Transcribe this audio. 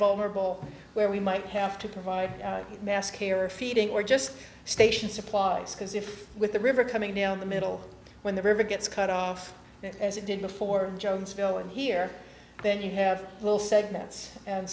vulnerable where we might have to provide mascara feeding or just station supplies because if with the river coming down the middle when the river gets cut off as it did before jonesville in here then you have little segments and